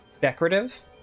decorative